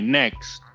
next